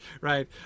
Right